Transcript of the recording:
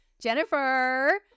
Jennifer